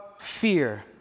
fear